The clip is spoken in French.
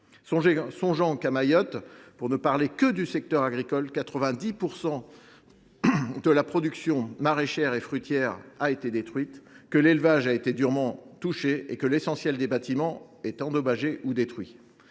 Songeons que, à Mayotte, et pour ne parler que du secteur agricole, 90 % de la production maraîchère et fruitière a été détruite, que l’élevage a été durement touché et que l’essentiel des bâtiments est endommagé ou détruit.